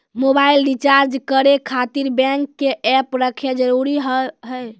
Mobile recharge करे खातिर bank के ऐप रखे जरूरी हाव है?